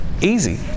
Easy